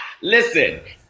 Listen